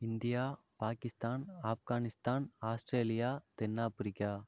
India Pakistan Afghanistan Australia தென்னாப்பிரிக்கா